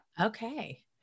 Okay